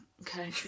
Okay